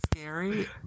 scary